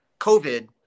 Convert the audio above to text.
covid